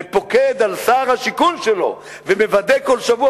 ופוקד על שר השיכון שלו ומוודא כל שבוע